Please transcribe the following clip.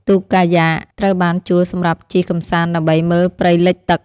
ទូកកាយ៉ាក់ ត្រូវបានជួលសម្រាប់ជិះកម្សាន្តដើម្បីមើលព្រៃលិចទឹក។